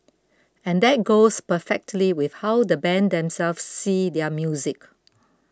and that goes perfectly with how the band themselves see their music